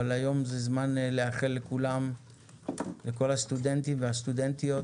אבל היום זה זמן לאחל לכל הסטודנטים והסטודנטיות